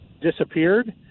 disappeared